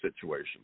situation